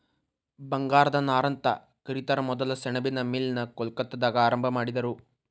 ಬಂಗಾರದ ನಾರಂತ ಕರಿತಾರ ಮೊದಲ ಸೆಣಬಿನ್ ಮಿಲ್ ನ ಕೊಲ್ಕತ್ತಾದಾಗ ಆರಂಭಾ ಮಾಡಿದರು